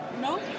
no